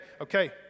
okay